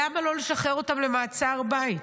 למה לא לשחרר אותם למעצר בית?